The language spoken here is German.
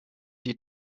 die